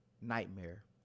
Nightmare